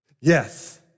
Yes